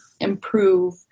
improve